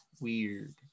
weird